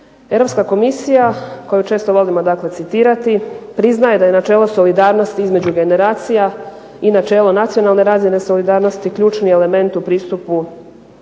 Europska komisija koju često volimo dakle citirati priznaje da je načelo solidarnosti između generacija i načelo nacionalne razine solidarnosti ključni element u pristupu